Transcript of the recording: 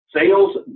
Sales